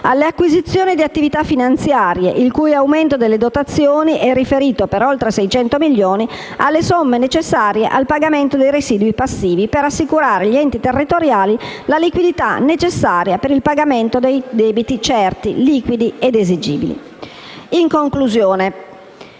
le acquisizioni delle attività finanziarie il cui aumento delle dotazioni è riferito, per oltre 600 milioni, alle somme necessarie al pagamento dei residui passivi per assicurare agli enti locali la liquidità necessaria per il pagamento dei debiti certi, liquidi ed esigibili.